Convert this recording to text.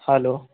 hello